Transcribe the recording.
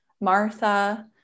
Martha